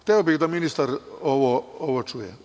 Hteo bih da ministar ovo čuje.